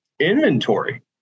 inventory